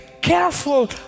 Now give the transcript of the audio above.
careful